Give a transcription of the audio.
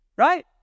Right